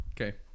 Okay